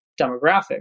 demographic